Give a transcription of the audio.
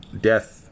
death